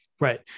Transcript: right